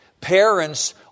Parents